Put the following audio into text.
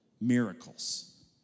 miracles